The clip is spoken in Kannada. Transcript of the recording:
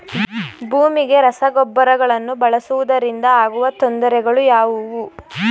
ಭೂಮಿಗೆ ರಸಗೊಬ್ಬರಗಳನ್ನು ಬಳಸುವುದರಿಂದ ಆಗುವ ತೊಂದರೆಗಳು ಯಾವುವು?